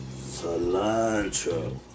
cilantro